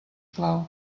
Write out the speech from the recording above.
plau